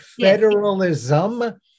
federalism